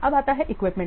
अब आता है इक्विपमेंट